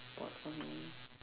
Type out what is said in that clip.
bought for me